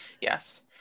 yes